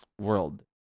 world